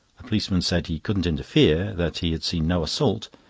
the policeman said he couldn't interfere, that he had seen no assault,